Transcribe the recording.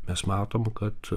mes matom kad